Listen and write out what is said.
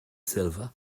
silva